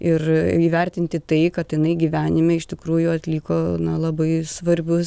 ir įvertinti tai kad jinai gyvenime iš tikrųjų atliko labai svarbius